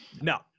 no